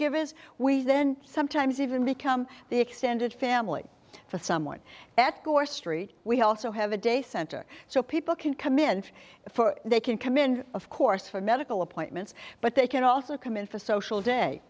given as we then sometimes even become the extended family for someone at core st we also have a day center so people can come in if they can come in of course for medical appointments but they can also come in for a social day